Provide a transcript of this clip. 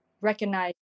recognize